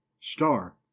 star